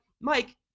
Mike